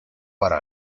para